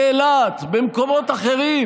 באילת ובמקומות אחרים,